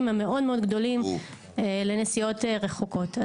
המאוד מאוד גדולים לנסיעות רחוקות.